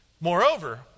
Moreover